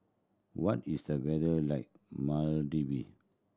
what is the weather like Maldive